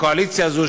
הקואליציה הזו,